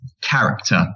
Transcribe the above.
character